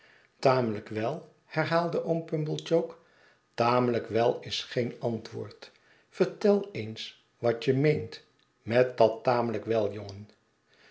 tamelijk wel herhaalde oom pumblechook tamelijk wel is geen antwoord yertel eens wat je meent met dat tamelijk wel jongen